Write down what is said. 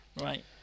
Right